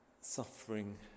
suffering